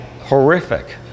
horrific